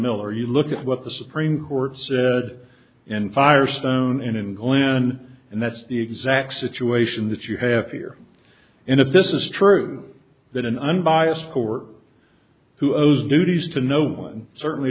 miller you look at what the supreme court said in firestone in and when and that's the exact situation that you have here and if this is true that an unbiased court who owes duties to no one certainly